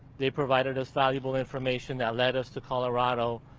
they provided us valuable information that led us to colorado.